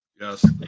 Yes